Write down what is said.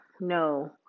no